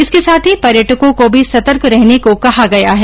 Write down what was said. इसके साथ ही पर्यटकों को भी सतर्क रहने को कहा गया है